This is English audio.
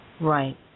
Right